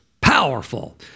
powerful